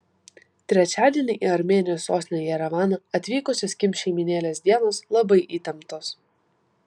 trečiadienį į armėnijos sostinę jerevaną atvykusios kim šeimynėlės dienos labai įtemptos